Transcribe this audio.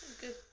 good